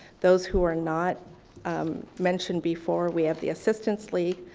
those who are not mentioned before, we have the assistance league.